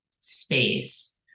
space